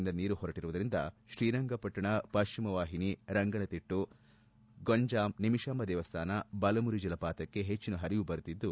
ನಿಂದ ನೀರು ಹೊರಬಿಟ್ಟರುವುದರಿಂದ ಶ್ರೀರಂಗಪಟ್ಟಣ ಪಶ್ಚಿಮ ವಾಹಿನಿ ರಂಗನತಿಟ್ಟು ಪಕ್ಷಿಧಾಮ ಗಂಜಾಮ್ ನಿಮಿಷಾಂಭ ದೇವಸ್ಥಾನ ಬಲಮುರಿ ಜಲಪಾತಕ್ಕೆ ಹೆಚ್ಚಿನ ಹರಿವು ಬರುತ್ತಿದ್ದು